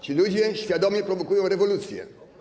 Ci ludzie świadomie prowokują rewolucję.